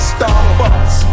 Starbucks